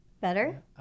Better